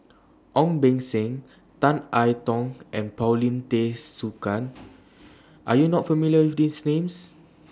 Ong Beng Seng Tan I Tong and Paulin Tay Straughan Are YOU not familiar with These Names